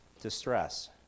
Distress